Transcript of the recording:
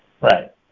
Right